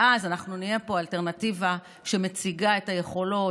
ואז אנחנו נהיה פה אלטרנטיבה שמציגה את היכולות,